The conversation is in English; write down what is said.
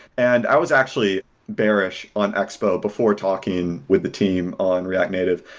and i was actually bearish on expo before talking with the team on react native.